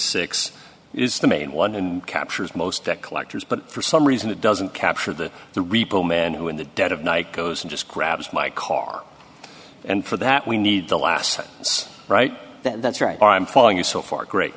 six is the main one and captures most collectors but for some reason it doesn't capture the the repo man who in the dead of night goes and just grabs my car and for that we need the last right that's right i'm following you so far great